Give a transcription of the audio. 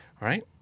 right